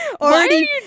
already